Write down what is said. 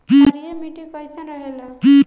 क्षारीय मिट्टी कईसन रहेला?